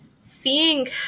seeing